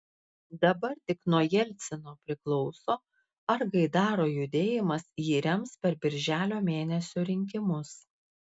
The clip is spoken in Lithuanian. dabar tik nuo jelcino priklauso ar gaidaro judėjimas jį rems per birželio mėnesio rinkimus